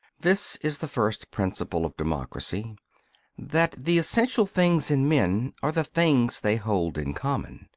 this is the first principle of democracy that the essential things in men are the things they hold in common,